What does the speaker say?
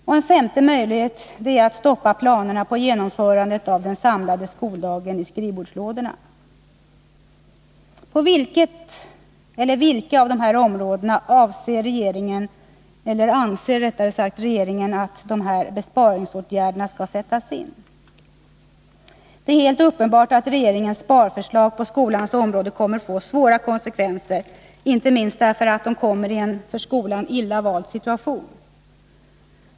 Och en femte möjlighet är att lägga planerna på genomförande av den samlade skoldagen i skrivbordslådorna. På vilket eller vilka av de här områdena anser regeringen att besparingsåtgärderna skall sättas in? Det är helt uppenbart att regeringens sparförslag på skolans område kommer att få svåra konsekvenser, inte minst därför att de kommer i en för skolan illa vald situation.